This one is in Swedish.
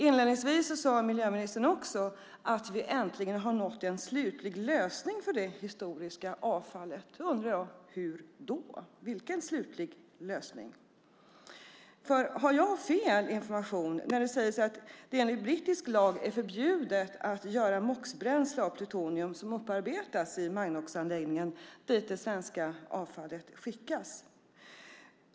Inledningsvis sade miljöministern också att vi äntligen har nått en slutlig lösning för det historiska avfallet. Jag undrar: Hur då? Vilken slutlig lösning? Har jag fel information när jag säger att det enligt brittisk lag är förbjudet att göra MOX-bränsle av plutonium som upparbetas i Magnoxanläggningen dit det svenska avfallet skickas?